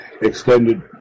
extended